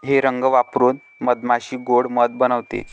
हे रंग वापरून मधमाशी गोड़ मध बनवते